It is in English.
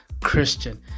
Christian